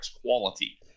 quality